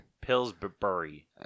Pillsbury